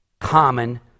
common